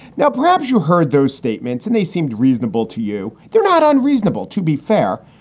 now, perhaps you heard those statements and they seemed reasonable to you. they're not unreasonable, to be fair,